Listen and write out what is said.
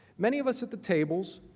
many of us at the tables